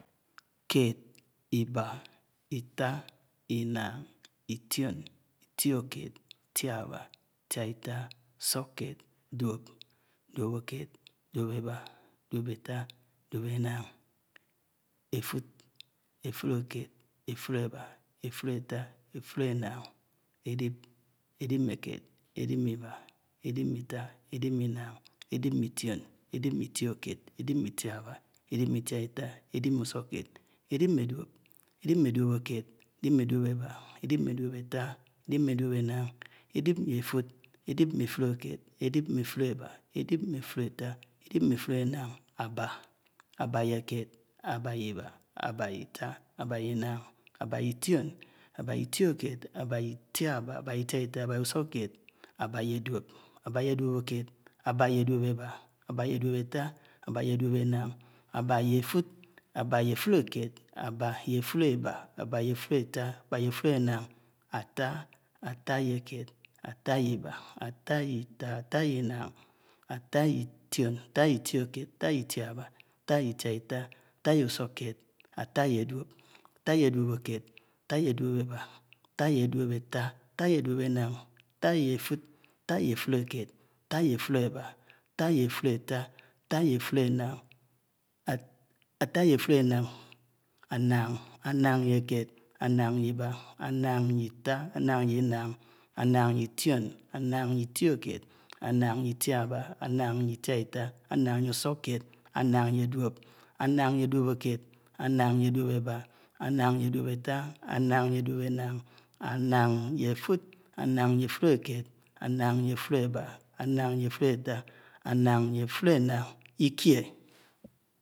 . ḱed. ìbá. itá. inaǹ. ítio̱n. itio̱kèd. ìtia̱ba̱. ìtia̱ita̱. usukkèd. D́uo̱p. d́uo̱kèd. d́uo̱eba̱. d́uoetà. d́uo̱eńaṉ. èfu̱d. èfuekèd. èfudebà. efudènaṉ. èlip. ǵlipmèkèd. ǵlip mè iba̱. elip mé itu. élip mè inaṉ. élip mè itian. èlip mè it̀io̱kèd. èlip mè it́iaba̱. élip mè ìtiata̱. èlip mè usukièd. èlip mè du̱o̱p. èlip mè duo̱kèd. èlip mè duo̱eba̱. èlip mé duo̱èta̱. èlip mè duo̱en̄aṉ. èlip mè efù. èlip mè etùdkèd. èlip mè etùdeba. Èlip mè etudenan. àba. àba mè kèd. aba mè iba. àba mè iba. àba mè ita. àba mè ita. àba mè inaṉ. àba mè itio̱n. àba mè itio̱kéd. àba mè itìãba. àba mè itiaita. àba mè usukked. àba mè duo̱p. àba mè duo̱pked. àba mè duo̱peba. àba mè duo̱peita. àba mè duo̱penaṉ. àba mè efud. àba mè efudeked. àba mè èfudeba. àba mè èfudeta. àba mè èfuderaṉ. àta̱. àta mè kèd. áta mè iba̱. àta mè ita. àta mè inaṉ. àta mè itio̱ṉ. àt mè itio̱kèd. àta mè itiaba. àta mè itiaita. àta mè duo̱p. àtà mè duo̱peba. áta mè duo̱penaṉ. áta mè efùd. áta mè èfudeked. áta mè efudèba. áta mè efùd eta. áta mè efùd eta̱. áta mè efudenaṉ. ánaṉ. ánan mè kèd. ánan mè iba̱. ánan mè ita. ánan mè inaṉ. ánan mè itio̱n. ánan mè itiaba̱. ánan mè itiàita. ánan mè usùkèd. ánan mè duo̱p. ánan mè duo̱pekèd. ànan mè duo̱peba. ànan mè duo̱penaṉ. ánan mè efu̱d. ánan mè efudèked. ánan mè efu̱deba̱. anan mè efudetà. ànan mè efudenaṉ. ìkie̱